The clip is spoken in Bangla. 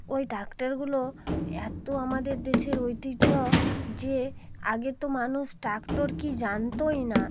ওই ট্র্যাক্টারগুলো এতো আমাদের দেশের ঐতিহ্য যে আগে তো মানুষ ট্র্যাক্টার কি জানতই না